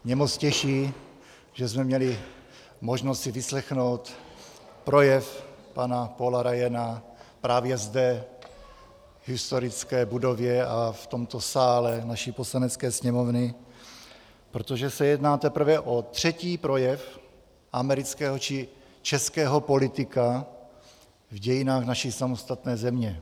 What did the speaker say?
Moc mě těší, že jsme měli možnost si vyslechnout projev pana Paula Ryana právě zde v historické budově a v tomto sále naší Poslanecké sněmovny, protože se jedná teprve o třetí projev amerického či českého politika v dějinách naší samostatné země.